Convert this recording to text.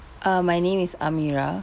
uh my name is amira